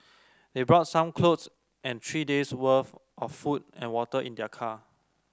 they brought some clothes and three days' worth of food and water in their car